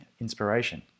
inspiration